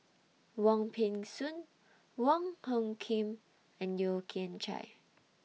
Wong Peng Soon Wong Hung Khim and Yeo Kian Chye